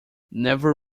never